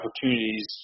opportunities